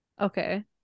Okay